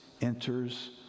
enters